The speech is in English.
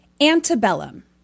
Antebellum